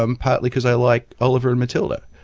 um partly cause i like oliver and matilda.